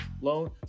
loan